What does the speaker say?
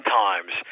times